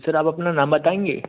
sir आप अपना नाम बताएंगे